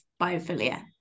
biophilia